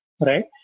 right